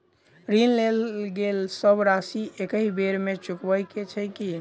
ऋण लेल गेल सब राशि एकहि बेर मे चुकाबऽ केँ छै की?